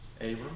Abram